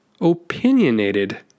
opinionated